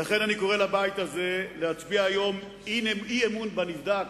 לכן אני קורא לבית הזה להצביע היום אי-אמון בנבדק,